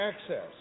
access